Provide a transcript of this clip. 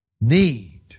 need